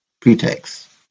pretext